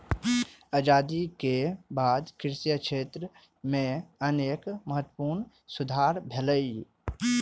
आजादी के बाद कृषि क्षेत्र मे अनेक महत्वपूर्ण सुधार भेलैए